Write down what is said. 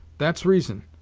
that's reason,